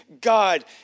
God